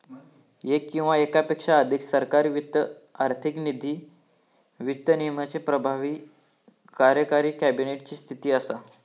येक किंवा येकापेक्षा अधिक सरकारी वित्त आर्थिक नीती, वित्त विनियमाचे प्रभारी कार्यकारी कॅबिनेट ची स्थिती असा